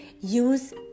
use